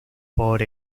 por